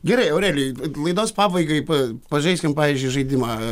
gerai aurelijau laidos pabaigai pa pažaiskim pavyzdžiui žaidimą